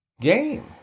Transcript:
game